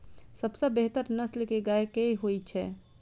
सबसँ बेहतर नस्ल केँ गाय केँ होइ छै?